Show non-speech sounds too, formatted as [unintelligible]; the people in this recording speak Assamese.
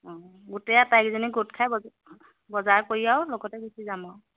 অঁ গোটেই আটাইকেইজনী গোট খাই [unintelligible] বজা বজাৰ কৰি আৰু লগতে গুচি যাম আৰু